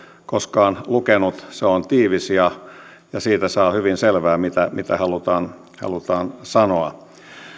koskaan lukenut se on tiivis ja siitä saa hyvin selvää mitä mitä halutaan sanoa